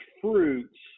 fruits